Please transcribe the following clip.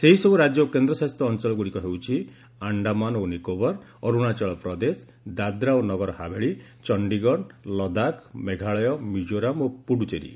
ସେହିସବୁ ରାଜ୍ୟ ଓ କେନ୍ଦ୍ରଶାସିତ ଅଞ୍ଚଳଗୁଡ଼ିକ ହେଉଛି ଆଣ୍ଡାମାନ ଓ ନିକୋବର ଅରୁଣାଚଳ ପ୍ରଦେଶ ଦାଦ୍ରା ଓ ନଗର ହାବେଳୀ ଚଣ୍ଡୀଗଡ଼ ଲଦାଖ୍ ମେଘାଳୟ ମିକୋରାମ୍ ଓ ପୁଦ୍ରୁଜେରୀ